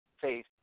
faith